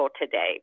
today